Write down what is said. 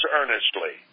earnestly